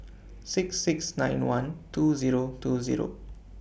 six six nine one two Zero two Zero